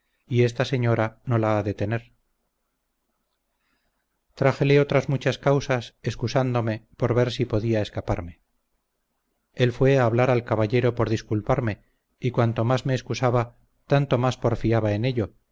y esta señora no la ha de tener trajele otras muchas causas excusándome por ver sí podía escaparme él fue a hablar al caballero por disculparme y cuanto más me excusaba tanto más porfiaba en ello